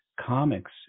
comics